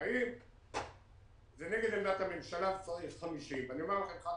האם לנגד עמדת הממשלה צריך 50. אני אומר לכם חד